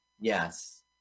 Yes